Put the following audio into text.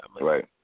Right